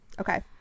Okay